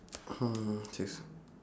(uh huh)